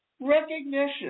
recognition